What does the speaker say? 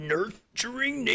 Nurturing